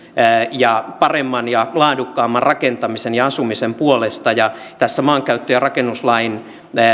ja paremman ja laadukkaamman rakentamisen ja asumisen puolesta tässä maankäyttö ja rakennuslain